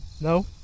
No